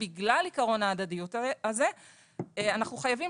בגלל עיקרון ההדדיות הזה אנחנו חייבים